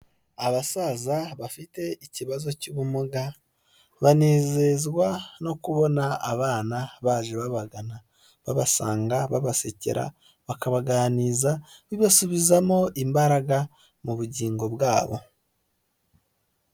Abasaza bafite ikibazo cy'ubumuga banezezwa no kubona abana baje babagana, babasanga, babasekera, bakabaganiriza bibasubizamo imbaraga mu bugingo bwabo.